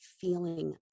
feeling